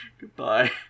Goodbye